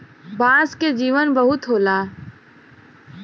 बांस के जीवन बहुत होला